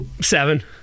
Seven